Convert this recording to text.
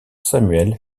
samuel